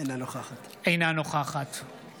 אינה נוכחת האם